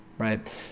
Right